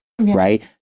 right